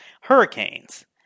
Hurricanes